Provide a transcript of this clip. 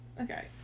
Okay